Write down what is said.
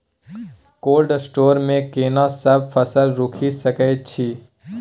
Cold store मे केना सब फसल रखि सकय छी?